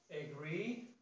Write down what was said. agree